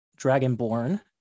dragonborn